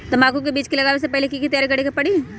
तंबाकू के बीज के लगाबे से पहिले के की तैयारी करे के परी?